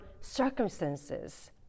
circumstances